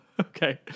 Okay